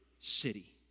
city